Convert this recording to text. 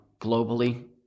Globally